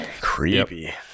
Creepy